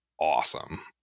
awesome